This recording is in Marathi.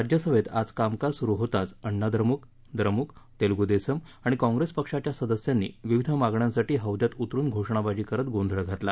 राज्यसभेत आज कामकाज सुरु होताच अण्णाद्रमुक द्रमुक तेलगू देसम आणि काँप्रेस पक्षाच्या सदस्यांनी विविध मागण्यासाठी हौद्यात उतरुन घोषणाबाजी करत गोंधळ घातला